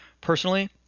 personally